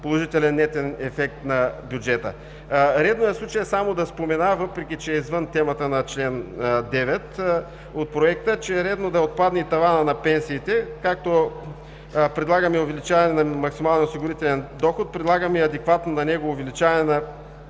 положителен нетен ефект на бюджета. В случая е редно само да спомена, въпреки че е извън темата, на чл. 9 от Проекта да отпадне и таванът на пенсиите, като предлагаме увеличаване на максималния осигурителен доход, предлагаме и адекватно на него увеличаване на